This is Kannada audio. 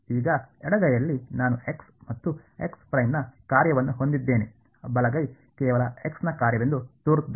ಈಗ ಎಡಗೈಯಲ್ಲಿ ನಾನು x ಮತ್ತು ನ ಕಾರ್ಯವನ್ನು ಹೊಂದಿದ್ದೇನೆ ಬಲಗೈ ಕೇವಲ x ನ ಕಾರ್ಯವೆಂದು ತೋರುತ್ತದೆ